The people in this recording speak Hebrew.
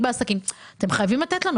אתם חייבים לתת לנו,